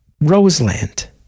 Roseland